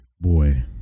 boy